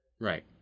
Right